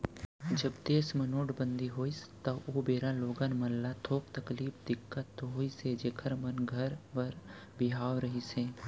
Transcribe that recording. जब देस म नोटबंदी होइस त ओ बेरा लोगन मन ल थोक तकलीफ, दिक्कत तो होइस हे जेखर मन घर बर बिहाव रहिस हे